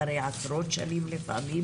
ולפעמים